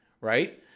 right